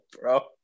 bro